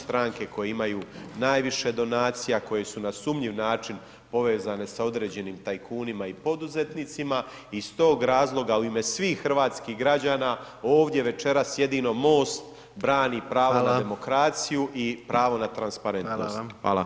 Stranke koje imaju najviše donacija, koje su na sumnjiv način povezane sa određenim tajkunima i poduzetnicima i iz tog razloga u ime svih hrvatskih građana ovdje večeras jedino MOST brani prava [[Upadica: Hvala.]] na demokraciju i pravo na transparentnost [[Upadica: Hvala vam.]] Hvala.